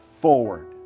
forward